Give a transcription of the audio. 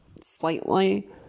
slightly